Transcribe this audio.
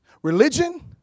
Religion